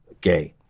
gay